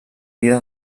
vida